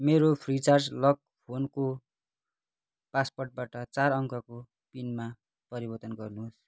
मेरो Freecharge lock फोनको पासवर्डबाट चार अङ्कको पिनमा परिवर्तन गर्नुहोस्